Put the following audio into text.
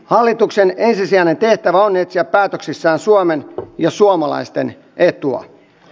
hallituksen ensisijainen tehtävä on etsiä päätöksissään suomen ja suomalaisten etua